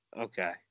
Okay